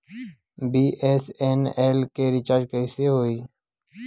BSNL के रिचार्ज कैसे होयी?